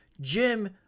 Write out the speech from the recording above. Jim